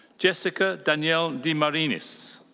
jessica danielle de marinis.